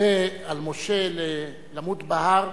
מצווה על משה למות בהר: